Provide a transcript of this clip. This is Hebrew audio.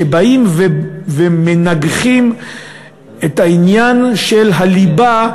כשבאים ומנגחים בעניין של הליבה,